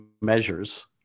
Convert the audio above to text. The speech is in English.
measures